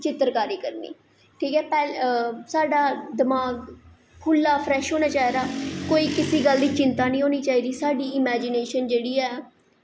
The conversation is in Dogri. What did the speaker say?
जित्तरकारी करनी ठीक ऐ साढ़ा दमाग खुल्ला फ्रैश होना चाहिदा कुसै गल्ल दी चिंता निं होनी चाहिदी सानूं थुआढ़ी इमेजिनेशन जेह्ड़ी ऐ